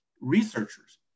researchers